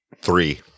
Three